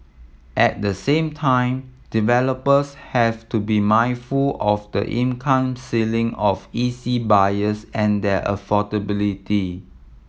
at the same time developers have to be mindful of the income ceiling of E C buyers and their affordability